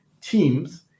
Teams